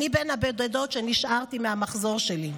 אני בין הבודדות שנשארתי מהמחזור שלי.